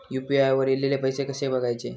UPI वर ईलेले पैसे कसे बघायचे?